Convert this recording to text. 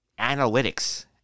analytics